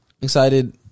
Excited